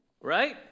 Right